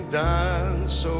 dance